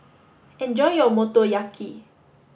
enjoy your Motoyaki